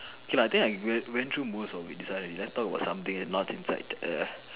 K lah I think went went through most of it that's why let's talk about something not inside the